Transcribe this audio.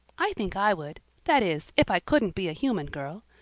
i think i would that is, if i couldn't be a human girl.